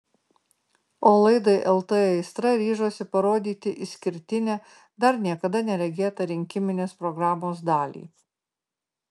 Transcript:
o laidai lt aistra ryžosi parodyti išskirtinę dar niekada neregėtą rinkiminės programos dalį